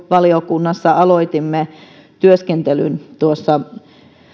valiokunnassa jo aloitimme työskentelyn tuossa